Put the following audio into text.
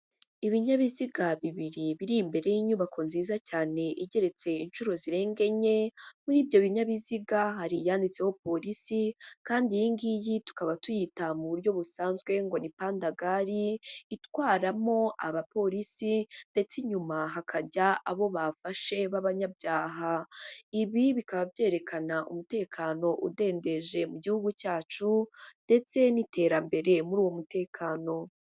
Ibinyabiziga bibiri biri imbere y'inyubako nziza cyane igeretse inshuro zirenga enye, muri ibyo binyabiziga hari yanditseho polisi kandi iyi ngiyi tukaba tuyita mu buryo busanzwe ngo ni pandagari, itwaramo abapolisi ndetse inyuma hakajya abo bafashe b'abanyabyaha, ibi bikaba byerekana umutekano udendeje mu gihugu cyacu, ndetse n'iterambere muri uwo mutekano.